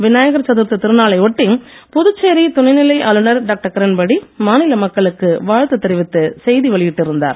விநாயகர் சதுர்த்தி திருநாளை ஒட்டி புதுச்சேரி துணை நிலை ஆளுநர் டாக்டர் கிரண்பேடி மாநில மக்களுக்கு வாழ்த்து தெரிவித்து செய்தி வெளியிட்டு இருந்தார்